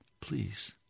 please